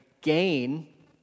gain